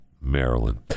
Maryland